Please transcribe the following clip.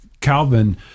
Calvin